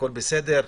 הכול בסדר?